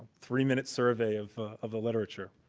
three minute survey of of the literature.